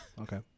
Okay